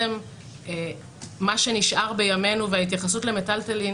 מה שנשאר בימינו וההתייחסות למיטלטלין